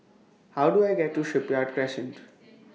How Do I get to Shipyard Crescent